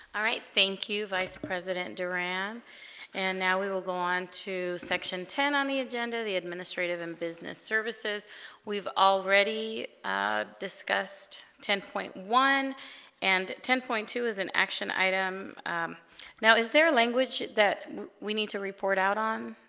all right thank you vice president duran and now we will go on to section ten on the agenda the administrative and business services we've already discussed ten point one and ten point two is an action item now is there language that we need to report out on